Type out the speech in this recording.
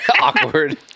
Awkward